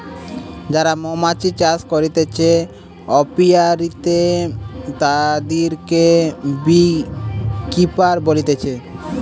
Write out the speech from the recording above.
যারা মৌমাছি চাষ করতিছে অপিয়ারীতে, তাদিরকে বী কিপার বলতিছে